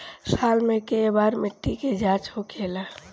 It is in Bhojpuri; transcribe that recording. साल मे केए बार मिट्टी के जाँच होखेला?